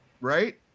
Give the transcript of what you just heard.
Right